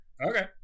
okay